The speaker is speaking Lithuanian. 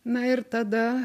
na ir tada